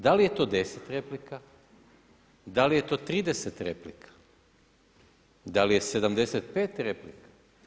Da li je to 10 replika, da li je to 30 replika, da li je 75 replika?